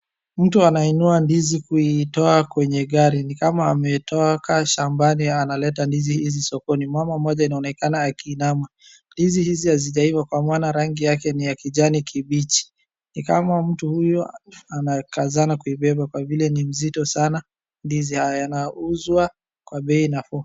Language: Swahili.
Mtu anainua ndizi kuitoa kwenye gari ni kama ametoa shambani analeta ndizi hizi sokoni. Mama mmoja inaonekana kaiinama ndizi hizi hazijaiva kwa maana rangi yake ni ya kijani kibichi ni kama mtu huyo ana kazana kuibeba kwa vile ni mzito sana ndizi haya yanauzwa kwa bei nafuu.